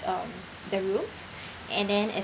uh the rooms and then as